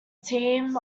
team